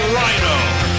Rhino